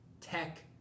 Tech